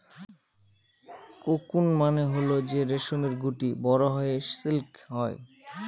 cocoon মানে হল যে রেশমের গুটি বড়ো হয়ে সিল্ক হয়